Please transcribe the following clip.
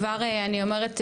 כבר אני אומרת,